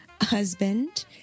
husband